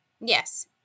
Yes